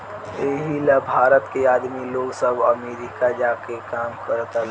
एही ला भारत के आदमी लोग सब अमरीका जा के काम करता लोग